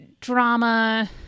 drama